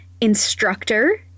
instructor